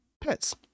Pets